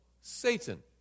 Satan